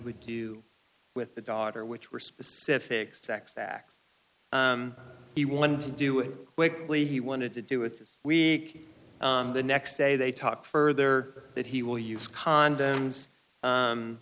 would do with the daughter which were specific sex act he wanted to do it quickly he wanted to do it this week the next day they talk further that he will use condoms